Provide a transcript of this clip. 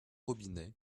robinet